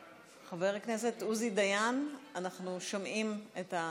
חבר הכנסת עוזי דיין, אנחנו שומעים את, אוזניות.